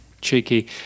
cheeky